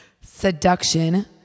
Seduction